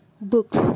books